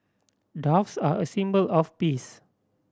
doves are a symbol of peace